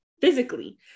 physically